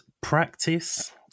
practice